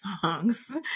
songs